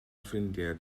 ffrindiau